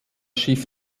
schiff